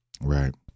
right